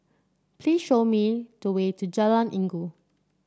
please show me the way to Jalan Inggu